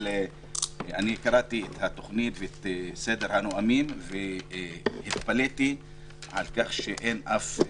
אבל קראתי את התוכנית ואת סדר הנואמים והתפלאתי על כך שאין שום ערבי.